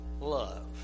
love